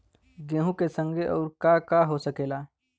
गेहूँ के संगे आऊर का का हो सकेला?